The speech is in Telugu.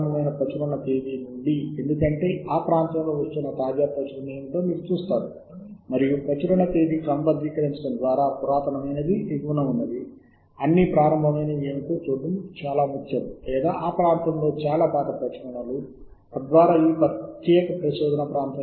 నేను 2 పదబంధాల కోసం శోధించాను ఉదాహరణగా రాపిడ్ సోలిడిఫికేషన్ మరియు మెల్ట్ స్పిన్నింగ్ మరియు వాటిని బూలియన్ ఆపరేటర్ OR తో కలిపి తద్వారా నేను వీటిని రెండు కలయికని పొందుతున్నాను మరియు నేను 22000 హిట్ల సంఖ్యను పొందాను అంటే ఇది చాలా పరిణతి చెందిన పరిశోధన ప్రాంతం